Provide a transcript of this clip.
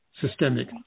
systemic